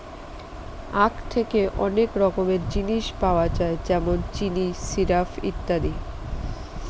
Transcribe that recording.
আঁখ থেকে অনেক রকমের জিনিস পাওয়া যায় যেমন চিনি, সিরাপ, ইত্যাদি